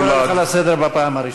אני קורא אותך לסדר בפעם הראשונה.